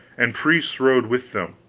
and priests rode with them,